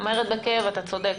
אומרת בכאב: אתה צודק,